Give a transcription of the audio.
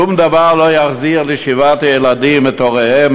שום דבר לא יחזיר לשבעת הילדים את הוריהם,